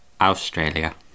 Australia